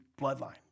bloodline